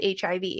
hiv